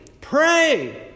Pray